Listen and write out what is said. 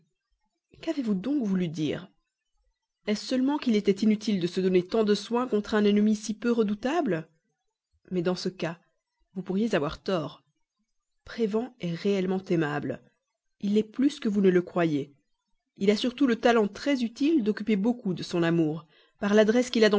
qu'avez-vous donc voulu dire est-ce seulement qu'il était inutile de se donner tant de soin contre un ennemi si peu redoutable mais dans ce cas vous pourriez avoir tort prévan est réellement aimable il l'est plus que vous ne le croyez il a surtout le talent très utile d'occuper beaucoup de son amour par l'adresse qu'il a